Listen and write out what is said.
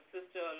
Sister